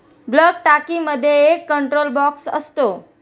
bulk टाकीमध्ये एक control box असतो